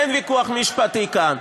אין ויכוח משפטי כאן.